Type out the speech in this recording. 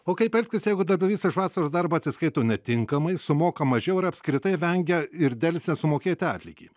o kaip elgtis jeigu darbdavys iš vasaros darbą atsiskaito netinkamai sumoka mažiau ir apskritai vengia ir delsia sumokėti atlygį